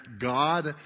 God